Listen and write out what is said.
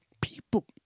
People